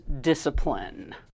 discipline